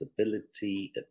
ability